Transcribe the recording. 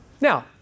Now